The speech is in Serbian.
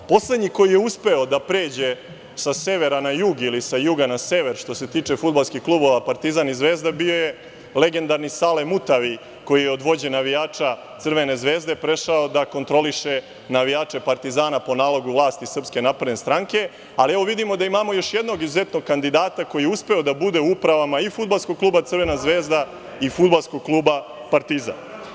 Poslednji koji je uspeo da pređe sa severa na jug, ili sa juga na sever što se tiče fudbalskih klubova Partizan i Zvezda, bio je legendarni Sale Mutavi koji je od vođe navijača Crvene zvezde prešao da kontroliše navijače Partizana po nalogu vlasti SNS, ali evo vidimo da imamo još jednog izuzetnog kandidata koji je uspeo da bude u upravama i fudbalskog kluba Crvena zvezda i fudbalskog kluba Partizan.